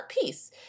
piece